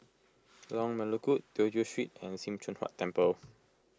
Lorong Melukut Tew Chew Street and Sim Choon Huat Temple